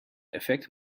effect